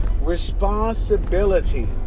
Responsibility